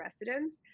residents